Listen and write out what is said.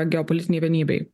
geopolitinei vienybei